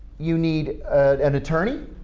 you need an attorney,